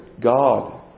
God